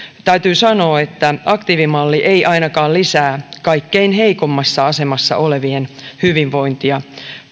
täytyy sanoa että aktiivimalli ei ainakaan lisää kaikkein heikoimmassa asemassa olevien hyvinvointia